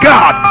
God